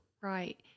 Right